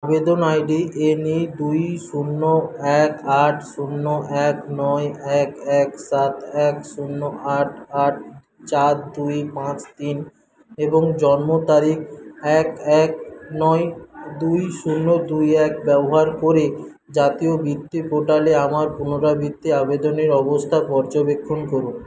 আবেদন ID N A শূন্য এক আট শূন্য এক নয় এক এক সাত এক শূন্য আট আট চার দুই পাঁচ তিন এবং জন্মতারিখ এক এক নয় দুই শূন্য দুই এক ব্যবহার করে জাতীয় বৃত্তির পোর্টালে আমার পুনরাবৃত্তি আবেদনের অবস্থা পর্যবেক্ষণ করুন